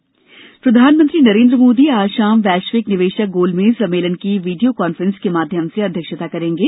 मोदी गोलमेज प्रधानमंत्री नरेन्द्र मोदी आज शाम वैश्विक निवेशक गोलमेज सम्मेलन की वीडियो कांफ्रेंसिंग के माध्याम से अध्यक्षता करेंगे